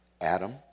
Adam